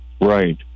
Right